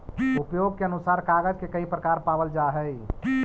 उपयोग के अनुसार कागज के कई प्रकार पावल जा हई